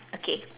okay